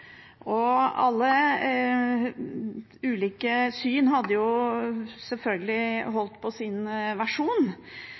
Alle ulike syn hadde selvfølgelig holdt på sin versjon,